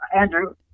Andrew